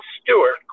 Stewart